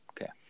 Okay